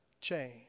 change